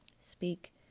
Speak